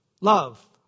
Love